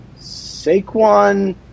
Saquon